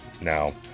Now